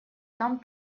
там